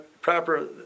proper